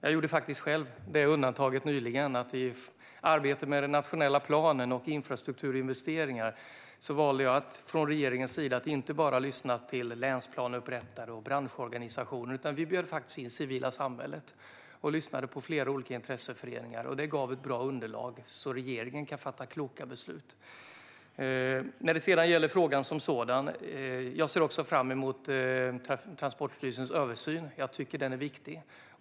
Jag gjorde faktiskt själv undantaget nyligen att i arbetet med den nationella planen och infrastrukturinvesteringar välja att inte bara lyssna till länsplaneupprättare och branschorganisationer, utan vi bjöd in det civila samhället och lyssnade på flera olika intresseföreningar. Det gav ett bra underlag så att regeringen kan fatta kloka beslut. När det sedan gäller frågan som sådan ser jag också fram emot Transportstyrelsens översyn. Jag tycker att den är viktig.